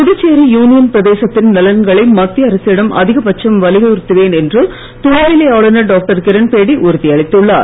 Puducherry union பிரதேசத்தின் நலன்களை மத்திய அரசிடம் அதிகபட்சம் வலியுறுத்துவேன் என்று துணைநிலை ஆளுநர் டாக்டர் கிரண்பேடி உறுதியளித்துள்ளார்